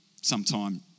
sometime